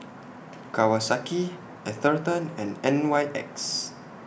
Kawasaki Atherton and N Y X